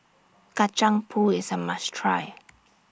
Kacang Pool IS A must Try